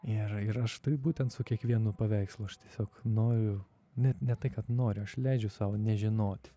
ir ir aš taip būtent su kiekvienu paveikslu aš tiesiog noriu net ne tai kad noriu aš leidžiu sau nežinot